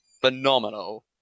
phenomenal